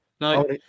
No